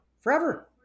forever